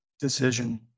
decision